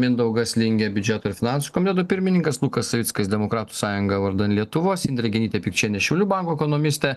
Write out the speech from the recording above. mindaugas lingė biudžeto ir finansų komiteto pirmininkas lukas savickas demokratų sąjunga vardan lietuvos indrė genytė pikčienė šiaulių banko ekonomistė